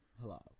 hello